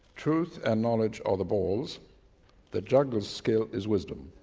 truth and knowledge are the balls the juggler's skill is wisdom.